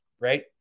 right